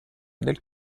del